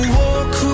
walk